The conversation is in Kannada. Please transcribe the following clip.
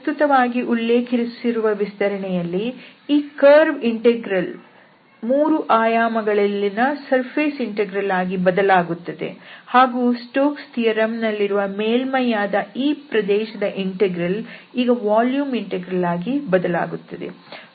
ಪ್ರಸ್ತುತವಾಗಿ ಉಲ್ಲೇಖಿಸಿರುವ ವಿಸ್ತರಣೆಯಲ್ಲಿ ಈ ಕರ್ವ್ ಇಂಟೆಗ್ರಲ್ ಮೂರು ಆಯಾಮಗಳಲ್ಲಿನ ಸರ್ಫೇಸ್ ಇಂಟೆಗ್ರಲ್ ಆಗಿ ಬದಲಾಗುತ್ತದೆ ಹಾಗೂ ಸ್ಟೋಕ್ಸ್ ಥಿಯರಂ Stoke's Theorem ನಲ್ಲಿರುವ ಮೇಲ್ಮೈಯಾದ ಈ ಪ್ರದೇಶದ ಮೇಲಿನ ಇಂಟೆಗ್ರಲ್ ಈಗ ವಾಲ್ಯೂಮ್ ಇಂಟೆಗ್ರಲ್ ಆಗಿ ಬದಲಾಗುತ್ತದೆ